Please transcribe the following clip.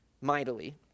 mightily